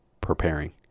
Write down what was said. preparing